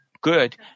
good